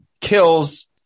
kills